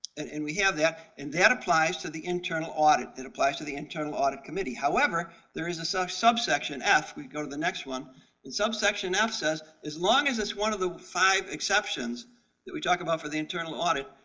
and and we have that. and that applies to the internal audit, that applies to the internal audit committee. however, there is so a subsection f we go to the next one and subsection f says as long as it's one of the five exceptions that we talked about for the internal audit,